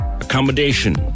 accommodation